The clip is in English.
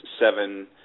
seven